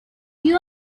you